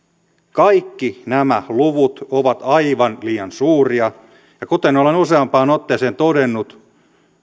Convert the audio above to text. kaikki nämä luvut ovat aivan liian suuria ja kuten olen useampaan otteeseen todennut